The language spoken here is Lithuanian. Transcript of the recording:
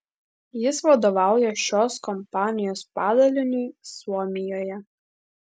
jis vadovauja šios kompanijos padaliniui suomijoje